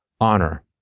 honor